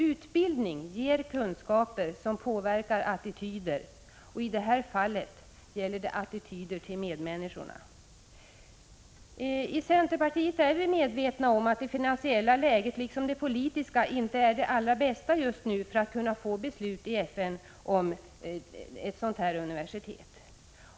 Utbildning ger kunskaper som påverkar attityder, och i det här fallet gäller det attityder till medmänniskorna. Inom centerpartiet är vi medvetna om att det finansiella läget liksom det politiska just nu inte är det allra bästa för att kunna få beslut i FN om ett sådant här universitet.